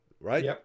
right